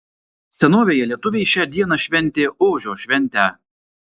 senovėje lietuviai šią dieną šventė ožio šventę